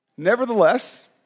Nevertheless